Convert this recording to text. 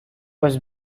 was